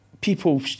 people